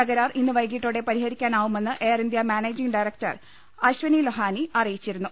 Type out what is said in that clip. തകരാർ ഇന്ന് വൈകിട്ടോടെ പരിഹരിക്കാനാവുമെന്ന് air India managing director Ashwani Lohani അറിയിച്ചിരുന്നു